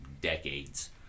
decades